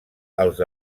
els